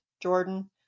Jordan